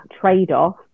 trade-off